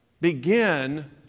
begin